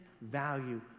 value